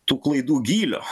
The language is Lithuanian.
tų klaidų gylio